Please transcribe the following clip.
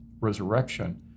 resurrection